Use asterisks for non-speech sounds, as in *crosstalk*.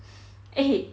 *laughs* eh